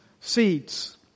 seeds